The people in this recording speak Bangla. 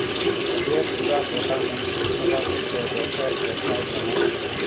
যে পুরা গটা মন্ত্রী সভা থাক্যে দ্যাশের দেখার জনহ